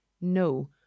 no